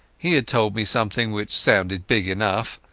he had told me something which sounded big enough,